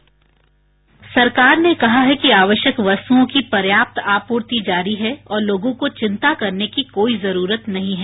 bite सरकार ने कहा है कि आवश्यक वस्तुओं की पर्याप्त आपूर्ति जारी है और लोगों को चिंता करने की कोई जरूरत नहीं है